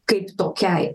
kaip tokiai